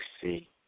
see